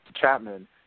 Chapman